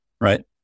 right